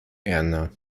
erna